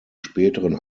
späteren